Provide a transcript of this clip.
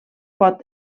pot